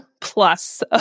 plus